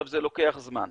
זה לוקח זמן.